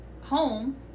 home